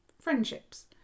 friendships